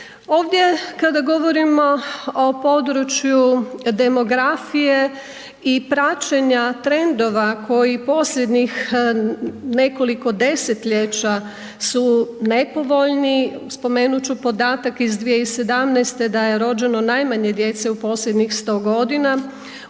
Ovdje kada govorimo o području demografije i praćenja trendova koji posljednjih nekoliko desetljeća su nepovoljni, spomenut ću podatak iz 2017. da je rođeno najmanje djece u posljednjih 100 godina.